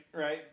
right